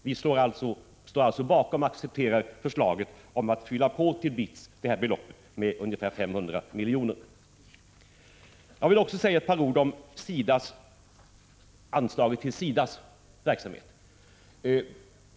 Vi står alltså bakom och accepterar förslaget att fylla på beloppet till BITS med ungefär 500 miljoner. Jag vill också säga ett par ord om anslaget till SIDA :s verksamhet.